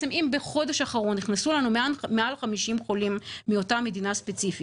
אם בחודש האחרון נכנסו לנו מעל 50 חולים מאותה מדינה ספציפית,